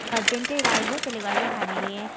husband चाहिँ राई हो त्यसले गर्दा हामीले